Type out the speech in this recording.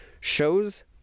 shows